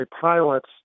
pilots